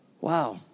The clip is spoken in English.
Wow